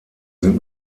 sind